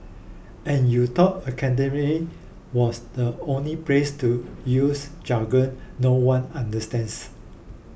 and you thought academia was the only place to use jargon no one understands